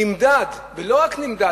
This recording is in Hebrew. לא רק נמדד,